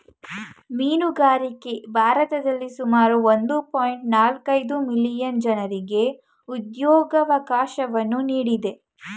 ಮೀನುಗಾರಿಕೆ ಭಾರತದಲ್ಲಿ ಸುಮಾರು ಒಂದು ಪಾಯಿಂಟ್ ನಾಲ್ಕು ಐದು ಮಿಲಿಯನ್ ಜನರಿಗೆ ಉದ್ಯೋಗವಕಾಶವನ್ನು ನೀಡಿದೆ